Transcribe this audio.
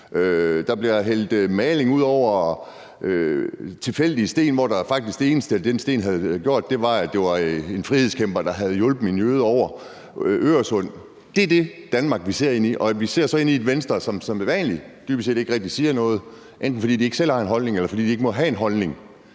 Der bliver hældt maling ud over tilfældige sten, og det eneste, den sten havde gjort, var, at der var en frihedskæmper, der havde hjulpet en jøde over Øresund. Det er det Danmark, vi ser ind i. Og vi ser så ind i et Venstre, som som sædvanlig dybest set ikke rigtig siger noget, enten fordi de ikke selv har en holdning, eller fordi de ikke må have en holdning